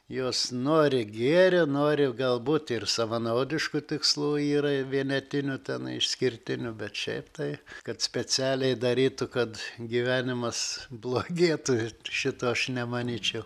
jos nori gėrio nori galbūt ir savanaudiškų tikslų yra vienetinių tenai išskirtinių bet šiaip tai kad specialiai darytų kad gyvenimas blogėtų šito aš nemanyčiau